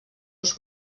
els